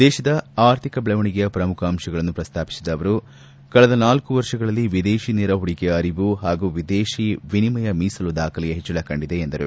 ದೇಶದ ಆರ್ಥಿಕ ದೆಳವಣಿಗೆಯ ಪ್ರಮುಖ ಅಂಶಗಳನ್ನು ಪ್ರಸ್ತಾಪಿಸಿದ ಅವರು ಕಳೆದ ನಾಲ್ಲು ವರ್ಷಗಳಲ್ಲಿ ವಿದೇಶಿ ನೇರ ಹೂಡಿಕೆಯ ಅರಿವು ಹಾಗೂ ವಿದೇಶಿ ವಿನಿಮಯ ಮೀಸಲು ದಾಖಲೆಯ ಹೆಚ್ಲಳ ಕಂಡಿದೆ ಎಂದರು